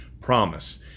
promise